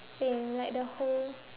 same like the whole